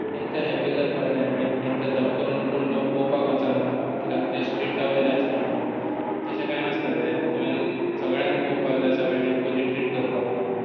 तांकां हॅप्पी करपाक जाय आनी तांकां जप्प करून कोण पळोवपाक वचना कित्याक ते स्ट्रिटा वयले आसता म्हणून तशें काय नासता तें तुवें सगळ्यांक पळोवपाक जाय सगळ्यांक इक्युली ट्रीट करपाक जाय